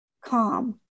calm